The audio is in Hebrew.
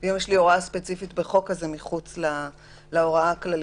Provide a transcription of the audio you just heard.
ואם יש לי הוראה ספציפית בחוק זה מחוץ להוראה הכללית.